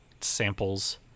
samples